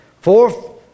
Four